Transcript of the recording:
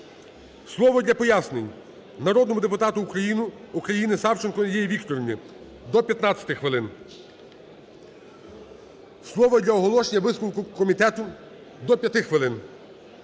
Слово для пояснень народному депутату України Савченко Надії Вікторівні - до 15 хвилин. Слово для оголошення висновку комітету - до 5 хвилин,